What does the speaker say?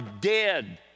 dead